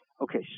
Okay